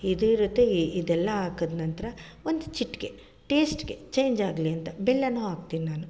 ಇದು ಇರುತ್ತೆ ಇ ಇದೆಲ್ಲ ಹಾಕಿದ ನಂತರ ಒಂದು ಚಿಟಿಕೆ ಟೇಸ್ಟಿಗೆ ಚೇಂಜ್ ಆಗಲಿ ಅಂತ ಬೆಲ್ಲನೂ ಹಾಕ್ತೀನಿ ನಾನು